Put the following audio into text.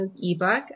ebook